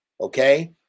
okay